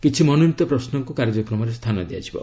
କିଛି ମନୋନୀତ ପ୍ରଶ୍ନକୁ କାର୍ଯ୍ୟକ୍ରମରେ ସ୍ଥାନ ଦିଆଯିବ